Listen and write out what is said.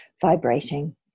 vibrating